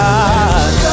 God